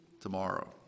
tomorrow